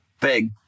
big